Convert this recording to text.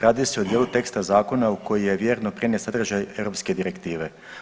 Radi se o dijelu teksta zakona u kojoj je vjerno prenijet sadržaj europske direktive.